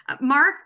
Mark